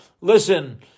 listen